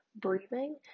breathing